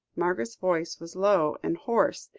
margaret's voice was low and hoarse,